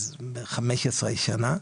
15 שנה,